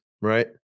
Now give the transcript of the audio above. Right